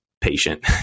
patient